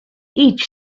each